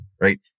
right